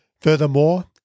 Furthermore